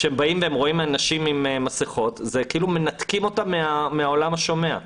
כשהם רואים אנשים עם מסכות זה כאילו מנתק אותם מהעולם השומע.